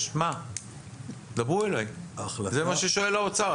זה מה ששואל האוצר.